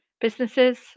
businesses